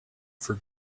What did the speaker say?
for